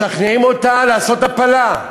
משכנעים אותה לעשות הפלה.